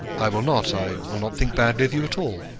i will not i will not think badly of you at all.